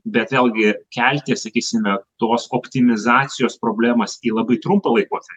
bet vėlgi kelti sakysime tos optimizacijos problemas į labai trumpą laikotarpį